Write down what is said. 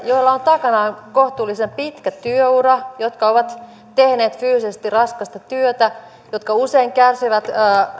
joilla on takanaan kohtuullisen pitkä työura jotka ovat tehneet fyysisesti raskasta työtä jotka usein kärsivät